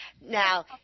Now